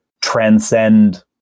transcend